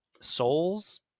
souls